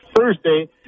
Thursday